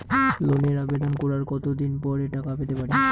লোনের আবেদন করার কত দিন পরে টাকা পেতে পারি?